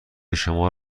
شما